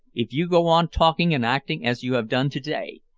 if you go on talking and acting as you have done to-day.